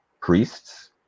priests